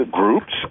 groups